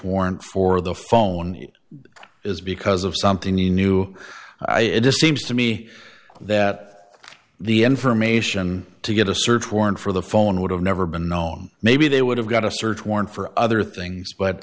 warrant for the phone is because of something you knew it just seems to me that the information to get a search warrant for the phone would have never been known maybe they would have got a search warrant for other things but